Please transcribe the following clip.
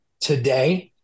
today